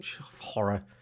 horror